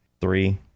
three